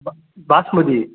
பா பாஸ்மதி